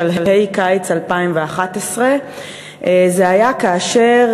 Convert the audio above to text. בשלהי קיץ 2011. זה היה כאשר